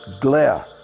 glare